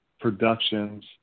productions